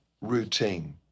routine